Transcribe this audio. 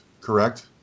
correct